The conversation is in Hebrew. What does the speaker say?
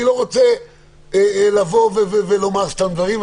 אני לא רוצה לומר סתם דברים,